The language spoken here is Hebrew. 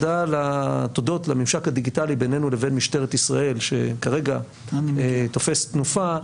תודות לממשק הדיגיטלי ביננו לבין משטרת ישראל שכרגע תופס תנופה,